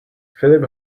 filip